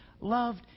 loved